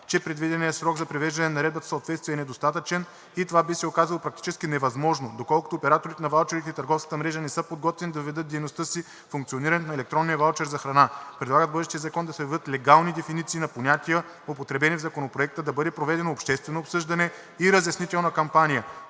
че предвиденият срок за привеждане на Наредбата в съответствие е недостатъчен и това би се оказало практически невъзможно, доколкото операторите на ваучери и търговската мрежа не са подготвени да въведат в дейността си функционирането на електронния ваучер за храна. Предлагат в бъдещия закон да се въведат легални дефиниции на понятия, употребени в Законопроекта, да бъде проведено обществено обсъждане и разяснителна кампания,